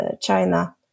China